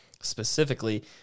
specifically